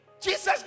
Jesus